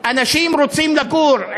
לספור מחדש.